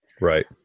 Right